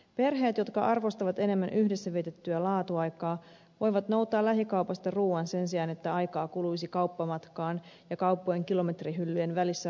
perheet jotka arvostavat enemmän yhdessä vietettyä laatuaikaa voivat noutaa lähikaupasta ruuan sen sijaan että aikaa kuluisi kauppamatkaan ja kauppojen kilometrihyllyjen välissä ramppaamiseen